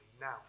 now